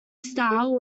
style